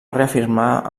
reafirmar